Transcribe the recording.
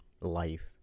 life